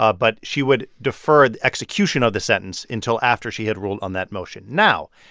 ah but she would defer the execution of the sentence until after she had ruled on that motion now,